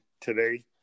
today